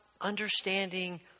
understanding